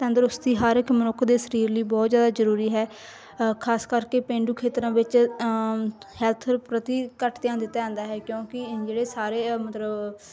ਤੰਦਰੁਸਤੀ ਹਰ ਇੱਕ ਮਨੁੱਖ ਦੇ ਸਰੀਰ ਲਈ ਬਹੁਤ ਜ਼ਿਆਦਾ ਜ਼ਰੂਰੀ ਹੈ ਖਾਸ ਕਰਕੇ ਪੇਂਡੂ ਖੇਤਰਾਂ ਵਿੱਚ ਹੈਲਥ ਪ੍ਰਤੀ ਘੱਟ ਧਿਆਨ ਦਿੱਤਾ ਜਾਂਦਾ ਹੈ ਕਿਉਂਕਿ ਜਿਹੜੇ ਸਾਰੇ ਮਤਲਬ